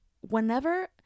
whenever